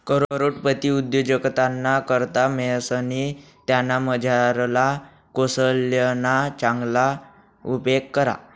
करोडपती उद्योजकताना करता महेशनी त्यानामझारला कोशल्यना चांगला उपेग करा